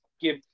give